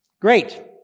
Great